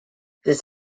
this